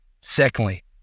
Secondly